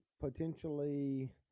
potentially